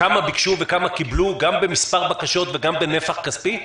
כמה ביקשו וכמה קיבלו גם במספר בקשות וגם בנפח כספי?